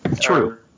True